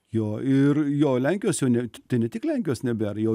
jo ir jo lenkijos jau net tai ne tik lenkijos nebėra jau